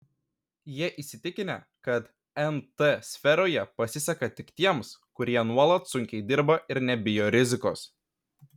jie įsitikinę kad nt sferoje pasiseka tik tiems kurie nuolat sunkiai dirba ir nebijo rizikos